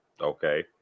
Okay